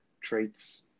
traits